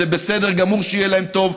זה בסדר גמור שיהיה להם טוב,